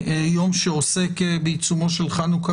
יום שעוסק בעיצומו של חנוכה